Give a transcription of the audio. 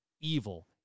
evil